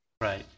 right